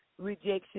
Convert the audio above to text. rejection